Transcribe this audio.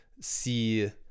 see